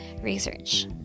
research